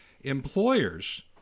Employers